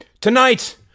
Tonight